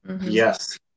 Yes